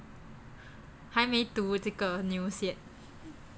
还没读这个 news yet